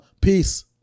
Peace